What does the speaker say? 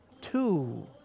two